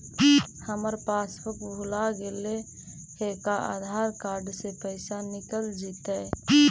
हमर पासबुक भुला गेले हे का आधार कार्ड से पैसा निकल जितै?